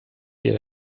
here